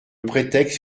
prétexte